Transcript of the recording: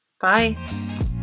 Bye